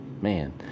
Man